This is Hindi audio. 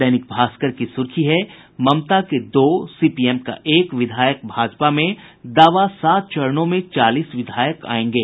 दैनिक भास्कर की सुर्खी है ममता के दो सीपीएम का एक विधायक भाजपा में दावा सात चारणों में चालीस विधायक आयेंगे